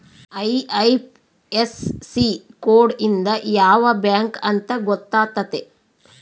IFSC code ಇಂದ ಯಾವ bank ಅಂತ ಗೊತ್ತಾತತೆ